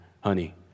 honey